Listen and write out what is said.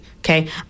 Okay